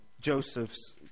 joseph's